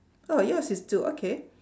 oh yours is two okay